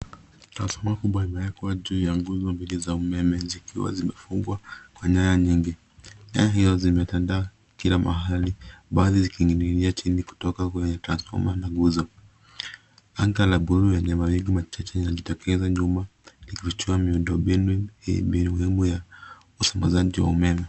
Transfoma kubwa iimeweka juu ya nguzo mbili za umeme zikiwa zimefungwa kwa nyaya nyingi. Nyaya hizo zimetandaa kila mahali baadhi zikininginia chini kutoka kwenye transfoma na nguzo . Anga la blue Lenye Maringu Majivu zinajitokeza nyuma zikijujumia miundo mbinu yenye umuhimu wa usambazaji wa ameme